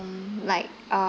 um like err